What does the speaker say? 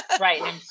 Right